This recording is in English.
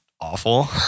Awful